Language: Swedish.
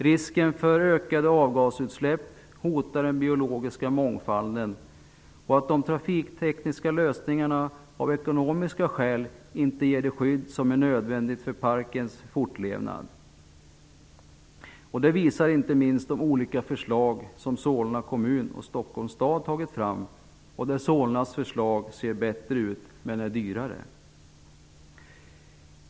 Risken för ökade avgasutsläpp hotar den biologiska mångfalden. De trafiktekniska lösningar som gjorts av ekonomiska skäl ger inte det skydd som är nödvändigt för parkens fortlevnad. Det visar inte minst de olika förslag som Solna kommun och Stockholms stad tagit fram, där Solnas förslag ser bättre ut men är dyrare.